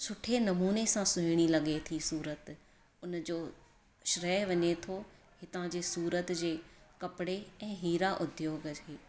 सुठे नमूने सां सुहिणी लॻे थी सूरत उन जो श्रेय वञे थो हितां जी सूरत जे कपिड़े ऐं हीरा उध्योग से